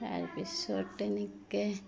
তাৰপিছত এনেকৈ